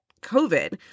COVID